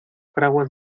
fraguas